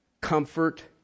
comfort